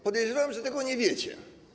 Podejrzewam, że tego nie wiecie.